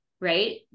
right